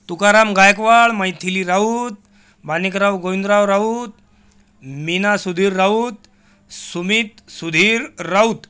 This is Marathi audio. तुकाराम गायकवाड मैथिली राऊत माणिकराव गोविंदराव राऊत मीना सुधीर राऊत सुमित सुधीर राऊत